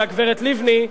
והגברת לבני,